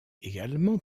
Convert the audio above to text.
également